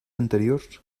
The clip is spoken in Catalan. anteriors